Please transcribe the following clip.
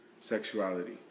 Sexuality